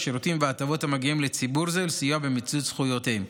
השירותים וההטבות המגיעים לציבור זה ולסיוע במיצוי זכויותיהם.